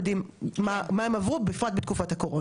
אבל גם העובדים הללו שנדרשו,